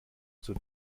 zur